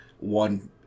one